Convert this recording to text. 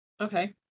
Okay